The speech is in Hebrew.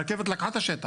הרכבת לקחה את השטח.